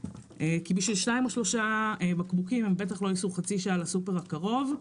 כי בשביל שניים או שלושה בקבוקים הם לא ייסעו חצי שעה לסופרמרקט הקרוב.